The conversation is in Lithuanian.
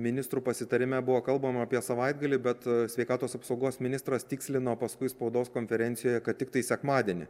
ministrų pasitarime buvo kalbama apie savaitgalį bet sveikatos apsaugos ministras tikslino paskui spaudos konferencijoje kad tiktai sekmadienį